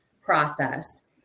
process